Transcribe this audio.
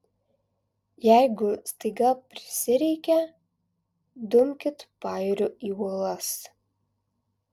jeigu staiga prisireikia dumkit pajūriu į uolas